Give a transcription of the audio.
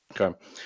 Okay